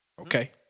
Okay